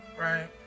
right